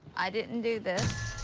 i didn't do this.